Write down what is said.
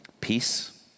peace